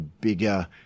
bigger